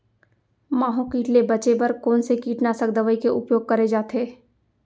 माहो किट ले बचे बर कोन से कीटनाशक दवई के उपयोग करे जाथे?